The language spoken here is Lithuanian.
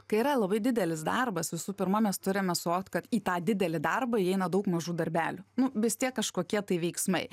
kai yra labai didelis darbas visų pirma mes turime suvokt kad į tą didelį darbą įeina daug mažų darbelių nu vis tiek kažkokie tai veiksmai